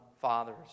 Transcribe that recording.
fathers